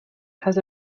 has